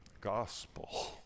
Gospel